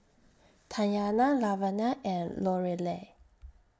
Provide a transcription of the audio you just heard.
Tatyana Lavenia and Lorelei